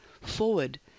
forward